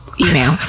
email